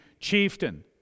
chieftain